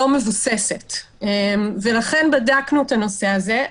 לא מבוססת, ולכן בדקנו את הנושא הזה.